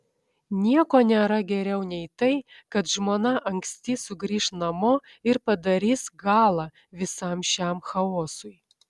nieko nėra geriau nei tai kad žmona anksti sugrįš namo ir padarys galą visam šiam chaosui